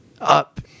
up